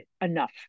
enough